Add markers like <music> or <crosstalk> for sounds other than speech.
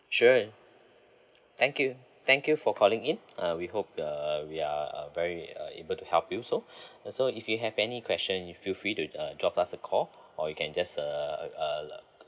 sure thank you thank you for calling in uh we hope uh we are uh very uh able to help you so <breath> uh so if you have any question you feel free to uh drop us a call or you can just uh uh uh